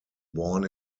born